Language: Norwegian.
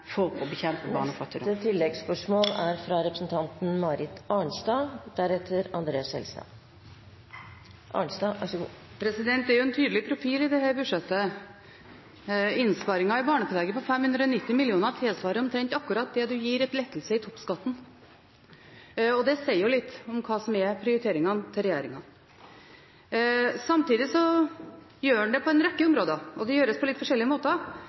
å bekjempe barnefattigdom. Marit Arnstad – til oppfølgingsspørsmål. Det er jo en tydelig profil i dette budsjettet. Innsparingen i barnetillegget på 590 mill. kr tilsvarer omtrent det man gir i lettelse i toppskatten, og det sier jo litt om hva som er prioriteringene til regjeringen. Samtidig gjør man dette på en rekke områder, og det gjøres på litt forskjellige måter: